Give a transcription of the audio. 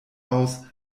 aus